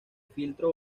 filtro